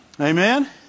Amen